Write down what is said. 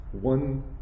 one